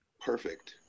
Perfect